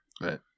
Right